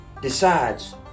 Decides